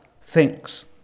thinks